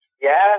Yes